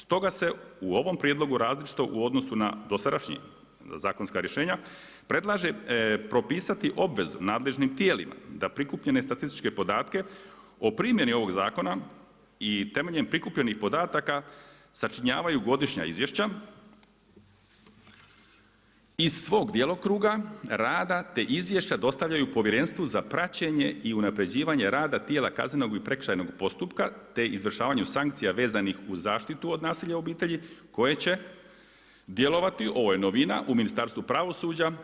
Stoga se u ovom prijedlogu različito u odnosu na dosadašnja zakonska rješenja predlaže propisati obvezu nadležnim tijelima da prikupljene statističke podatke o primjeni ovog zakona i temeljem prikupljenih podataka sačinjavaju godišnja izvješća iz svog djelokruga rada te izvješća dostavljaju Povjerenstvu za praćenje i unapređivanje rada tijela kaznenog i prekršajnog postupka te izvršavanju sankcija vezanih uz zaštitu od nasilja obitelji koje će djelovati, ovo je novina, u Ministarstvu pravosuđa.